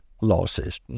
losses